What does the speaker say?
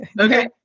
Okay